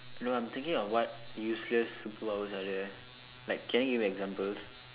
no I'm thinking of what useless superpowers are there like can you give me examples